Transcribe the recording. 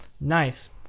nice